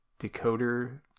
decoder